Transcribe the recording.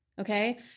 Okay